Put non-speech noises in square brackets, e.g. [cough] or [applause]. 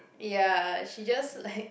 ya she just like [laughs]